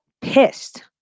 pissed